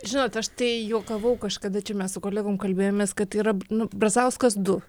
žinot aš tai juokavau kažkada čia mes su kolegom kalbėjomės kad yra nu brazauskas du